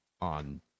on